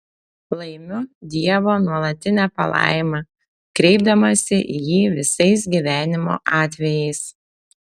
laimiu dievo nuolatinę palaimą kreipdamasi į jį visais gyvenimo atvejais